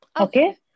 Okay